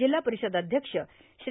जिल्हा परिषद अध्यक्ष श्री